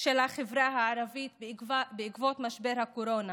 של החברה הערבית בעקבות משבר הקורונה: